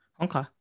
Okay